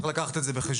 צריך להביא את זה בחשבון,